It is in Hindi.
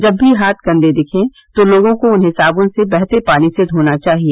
जब भी हाथ गंदे दिखें तो लोगों को उन्हें साब्न से बहते पानी से धोना चाहिए